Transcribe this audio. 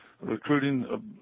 recruiting